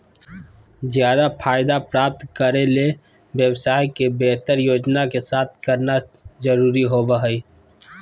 ज्यादा फायदा प्राप्त करे ले व्यवसाय के बेहतर योजना के साथ करना जरुरी होबो हइ